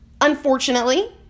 Unfortunately